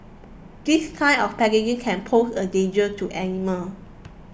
this kind of packaging can pose a danger to animal